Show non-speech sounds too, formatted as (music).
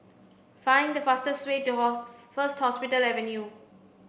find the fastest way to (unintelligible) First Hospital Avenue